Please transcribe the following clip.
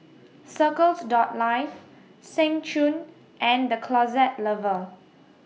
Circles Life Seng Choon and The Closet Lover